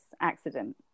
accident